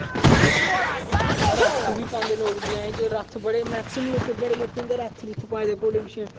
रथ बी पांदे लोक ब्याह च रथ बडे़ मैक्सीमम लोकें बडे़ लोकें होंदा रथ रुथ पाएदे घोडे़ पिच्छे